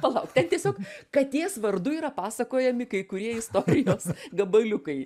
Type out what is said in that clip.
palauk tiesiog katės vardu yra pasakojami kai kurie istorijos gabaliukai